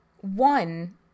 one